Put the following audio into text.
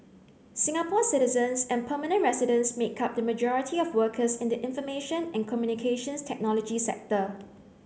Singapore citizens and permanent residents make up the majority of workers in the information and Communications Technology sector